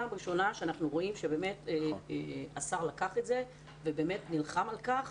שאנחנו רואים שבאמת השר לקח את זה ונלחם על כך.